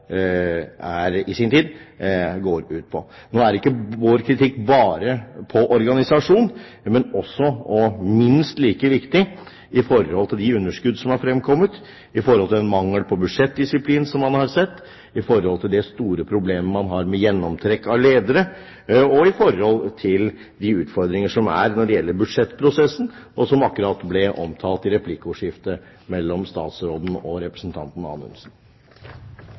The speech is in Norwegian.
på i sin tid, går ut på. Nå går ikke vår kritikk bare på organisasjon, men også – og minst like viktig – på de underskudd som er fremkommet, på den mangel på budsjettdisiplin som man har sett, på store problemer man har med gjennomtrekk av ledere, og på de utfordringer som er når det gjelder budsjettprosessen, som akkurat ble omtalt i replikkordskiftet mellom statsråden og representanten